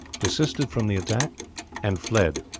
desisted from the attack and fled.